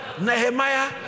Nehemiah